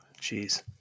Jeez